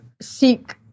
seek